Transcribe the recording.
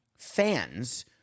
fans